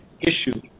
issue